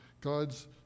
God's